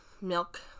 milk